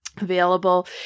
available